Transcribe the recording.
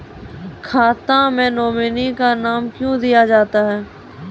खाता मे नोमिनी का नाम क्यो दिया जाता हैं?